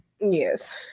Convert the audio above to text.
Yes